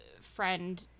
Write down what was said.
friend